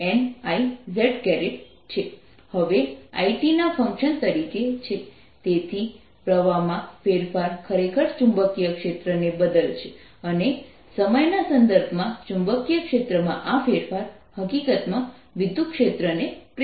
B0nI z હવે I t ના function તરીકે છે તેથી પ્રવાહમાં ફેરફાર ખરેખર ચુંબકીય ક્ષેત્ર ને બદલશે અને સમયના સંદર્ભમાં ચુંબકીય ક્ષેત્રમાં આ ફેરફાર હકીકતમાં વિદ્યુતક્ષેત્ર ને પ્રેરિત કરશે